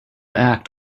act